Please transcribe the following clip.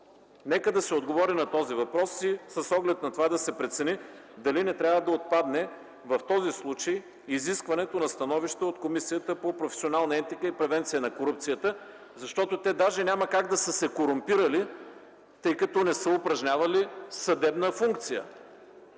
Нека се отговори на този въпрос и с оглед на това да се прецени дали не трябва да отпадне в този случай изискването на становища от Комисията „Професионална етика и превенция на корупцията”, защото те даже няма как да са се корумпирали, тъй като не са упражнявали съдебна функция.